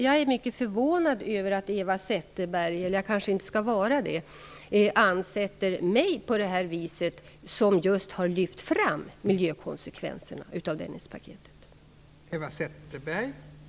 Jag är mycket förvånad över att Eva Zetterberg på det här viset ansätter mig, som just har lyft fram miljökonsekvenserna av Dennispaketet. Men jag kanske inte skall vara förvånad över detta.